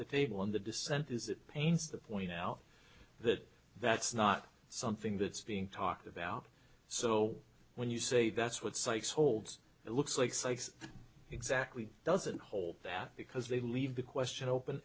the table in the dissent is it pains to point out that that's not something that's being talked about so when you say that's what sikes holds it looks like sykes exactly doesn't hold that because they leave the question open